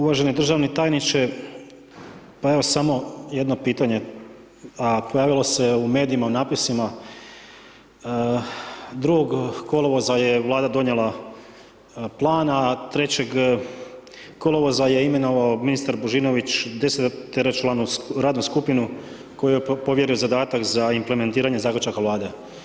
Uvaženi državni tajniče, pa evo samo jedno pitanje a pojavilo se u medijima u natpisima 2. kolovoza je Vlada donijela plan a 3. kolovoza je imenovao ministar Božinović deseteročlanu radnu skupinu kojoj je povjerio zadatak za implementiranje zaključaka Vlade.